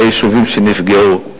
ליישובים שנפגעו,